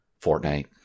fortnite